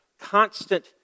constant